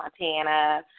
Montana